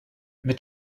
mit